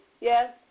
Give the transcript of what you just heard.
yes